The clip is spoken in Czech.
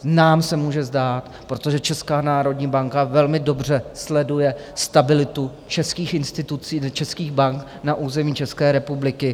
Nám se to může zdát, protože Česká národní banka velmi dobře sleduje stabilitu českých institucí, českých bank, na území České republiky.